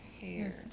hair